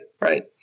Right